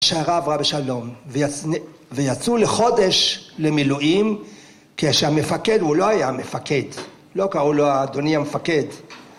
הסערה עברה בשלום ויצאו לחודש למילואים כשהמפקד הוא לא היה המפקד לא קראו לו אדוני המפקד